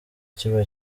kiba